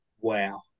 Wow